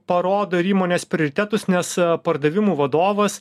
parodo ir įmonės prioritetus nes pardavimų vadovas